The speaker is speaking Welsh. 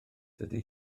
dydy